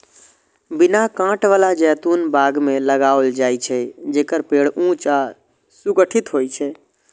बिना कांट बला जैतून बाग मे लगाओल जाइ छै, जेकर पेड़ ऊंच आ सुगठित होइ छै